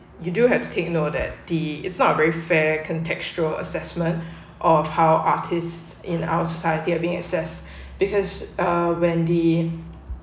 you do have to take note that the it's not very fair contextual assessment of how artists in our society are being assessed because uh when the